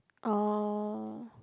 oh